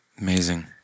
Amazing